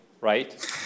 right